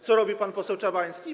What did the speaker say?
Co robi pan poseł Czabański?